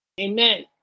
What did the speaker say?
Amen